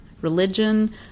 religion